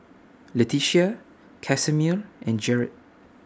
Letitia Casimer and Jered